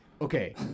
Okay